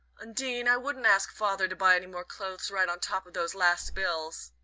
undine, i wouldn't ask father to buy any more clothes right on top of those last bills.